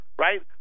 right